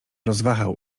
rozwahał